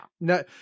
no